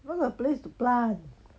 where got place to plant